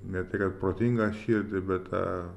ne tai kad protingą širdį bet tą